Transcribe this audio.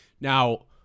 Now